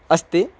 अस्ति